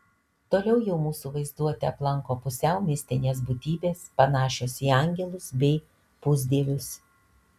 toliau jau mūsų vaizduotę aplanko pusiau mistinės būtybės panašios į angelus bei pusdievius